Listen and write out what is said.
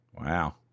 Wow